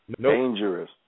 Dangerous